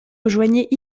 rejoignait